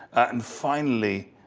and finally,